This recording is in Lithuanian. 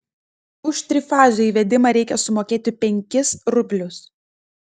už trifazio įvedimą reikia sumokėti penkis rublius